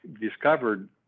discovered